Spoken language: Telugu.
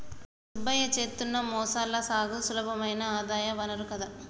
సుబ్బయ్య చేత్తున్న మొసళ్ల సాగు సులభమైన ఆదాయ వనరు కదా